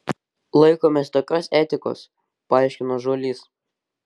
laikomės tokios etikos paaiškino žuolys